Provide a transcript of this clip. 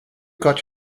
got